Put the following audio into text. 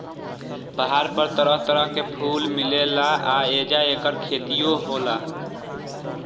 पहाड़ पर तरह तरह के फूल मिलेला आ ऐजा ऐकर खेतियो होला